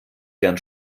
gerne